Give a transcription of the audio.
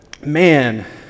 man